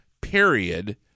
period